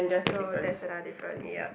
so that's another difference